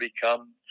become